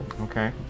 Okay